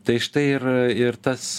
tai štai ir ir tas